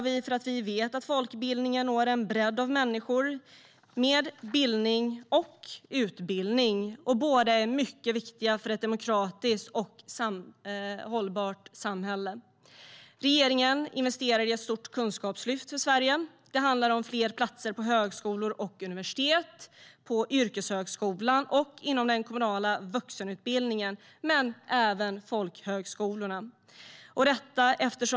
Vi vet att folkbildningen når en bredd av människor med bildning och utbildning. Båda är mycket viktiga för ett demokratiskt och hållbart samhälle. Regeringen investerar i ett stort kunskapslyft för Sverige. Det handlar om fler platser på högskolor och universitet, på yrkeshögskolan och inom den kommunala vuxenutbildningen men även på folkhögskolorna.